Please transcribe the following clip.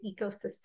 ecosystem